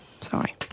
Sorry